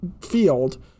field